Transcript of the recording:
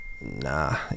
nah